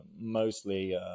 mostly